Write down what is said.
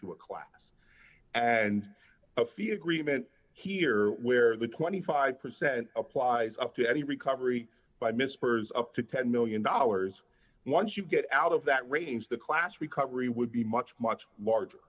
to a class and a fee agreement here where the twenty five percent applies to any recovery by misheard up to ten million dollars once you get out of that range the class recovery would be much much larger